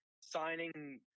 signing